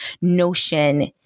notion